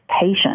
patient